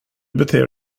beter